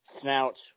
snout